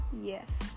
Yes